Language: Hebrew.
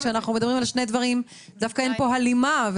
דווקא אין פה הלימה,